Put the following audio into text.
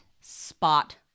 spot